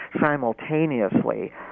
simultaneously